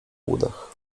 udach